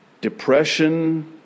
Depression